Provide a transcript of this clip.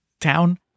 town